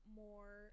more